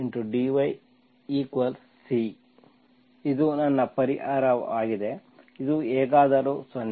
ಇದು ನನ್ನ ಪರಿಹಾರವಾಗಿದೆ ಇದು ಹೇಗಾದರೂ 0